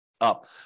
up